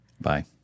Bye